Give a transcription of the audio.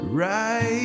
right